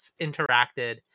interacted